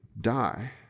die